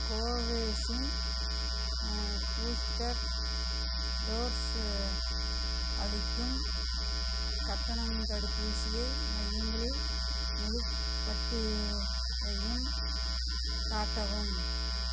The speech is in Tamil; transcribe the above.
கோவேசின் பூஸ்டர் டோஸு அளிக்கும் கட்டணம் தடுப்பூசியை மையங்களில் முழு பட்டியலையும் காட்டவும்